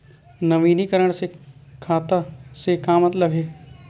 नवीनीकरण से खाता से का मतलब हे?